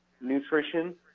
nutrition